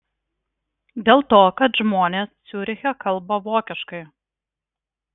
dėl to kad žmonės ciuriche kalba vokiškai